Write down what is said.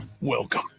Welcome